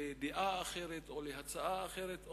לדעה אחרת או להצעה אחרת,